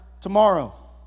tomorrow